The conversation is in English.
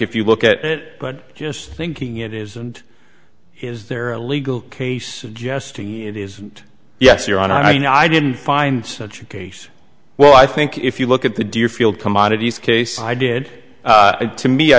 if you look at it but just thinking it is and is there a legal case jess to it is yes you're on i know i didn't find such a case well i think if you look at the deerfield commodities case i did it to me i